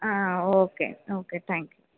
um okay okay thank you